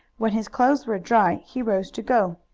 when his clothes were dry he rose to go.